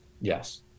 Yes